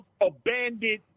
abandoned